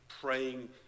praying